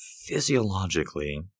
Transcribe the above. physiologically